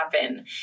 happen